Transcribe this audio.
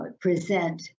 present